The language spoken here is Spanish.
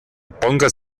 pongas